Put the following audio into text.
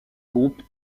groupe